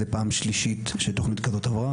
זו פעם שלישית שתכנית כזו עברה,